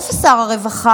איפה שר הרווחה?